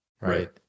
right